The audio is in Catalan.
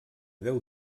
deu